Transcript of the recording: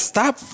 Stop